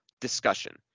discussion